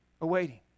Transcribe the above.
awaiting